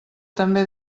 també